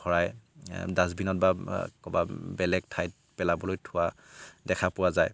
ভৰাই ডাষ্টবিনত বা ক'ৰবাত বেলেগ ঠাইত পেলাবলৈ থোৱা দেখা পোৱা যায়